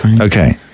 Okay